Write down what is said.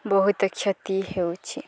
ବହୁତ କ୍ଷତି ହେଉଛି